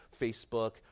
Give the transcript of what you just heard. Facebook